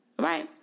Right